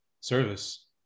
service